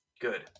Good